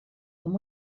amb